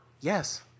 Yes